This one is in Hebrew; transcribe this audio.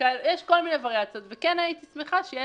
ולפי ההצעה כפי שאני מבין